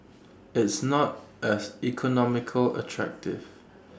it's not as economically attractive